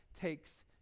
takes